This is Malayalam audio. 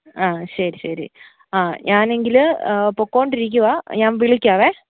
ആ ശരി ശരി ആ ഞാൻ എങ്കിൽ പോയിക്കോണ്ടിരിക്കുവാണ് ഞാന് വിളിക്കാമേ